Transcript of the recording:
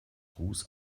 ruß